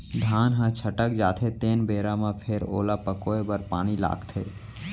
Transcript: धान ह छटक जाथे तेन बेरा म फेर ओला पकोए बर पानी लागथे